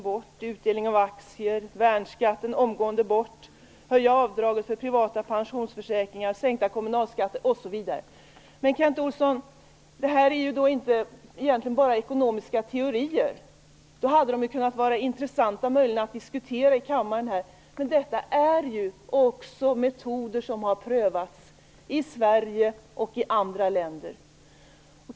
Moderaternas recept är det gamla vanliga: Men, Kent Olsson, detta är egentligen inte bara ekonomiska teorier. I så fall hade de möjligen kunnat vara intressanta att diskutera här i kammaren. Men detta är också metoder som har prövats i Sverige och i andra länder.